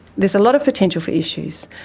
there's a lot of potential for issues,